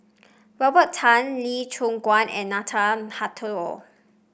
Robert Tan Lee Choon Guan and Nathan Hartono